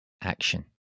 action